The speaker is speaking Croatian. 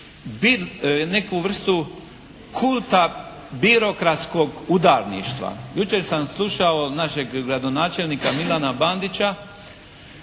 neku vrstu kulta birokratskog udarništva. Jučer sam slušao našeg gradonačelnika Milana Bandića